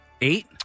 Eight